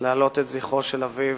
להעלות את זכרו של אביו,